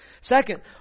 Second